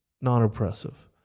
non-oppressive